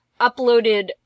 uploaded